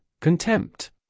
contempt